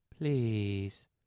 Please